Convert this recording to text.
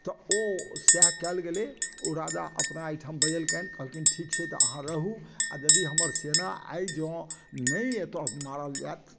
तऽ ओ सएह कयल गेलै ओ राजा अपना एहिठाम बजेलकनि कहलखिन ठीक छै तऽ अहाँ रहू आ यदि हमर सेना आइ जॅं नहि एतय मारल जायत